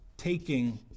taking